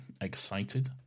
excited